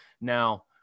Now